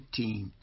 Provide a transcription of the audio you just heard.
15